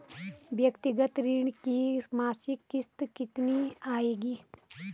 व्यक्तिगत ऋण की मासिक किश्त कितनी आएगी?